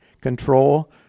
control